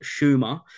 Schumer